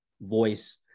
voice